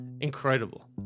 incredible